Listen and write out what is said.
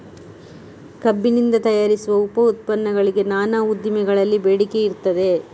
ಕಬ್ಬಿನಿಂದ ತಯಾರಿಸುವ ಉಪ ಉತ್ಪನ್ನಗಳಿಗೆ ನಾನಾ ಉದ್ದಿಮೆಗಳಲ್ಲಿ ಬೇಡಿಕೆ ಇರ್ತದೆ